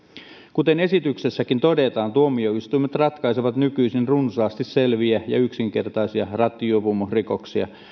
kuten esityksessäkin todetaan tuomioistuimet ratkaisevat nykyisin runsaasti selviä ja yksinkertaisia rattijuopumusrikoksia